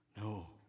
No